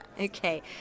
Okay